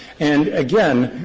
and, again,